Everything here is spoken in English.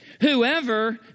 Whoever